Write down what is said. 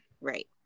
right